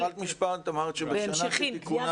את התחלת משפט, אמרת שבשנה כתיקונה